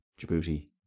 Djibouti